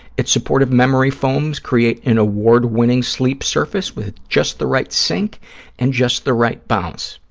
its supportive memory foams create an award-winning sleep surface with just the right sink and just the right bounce.